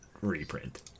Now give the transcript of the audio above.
reprint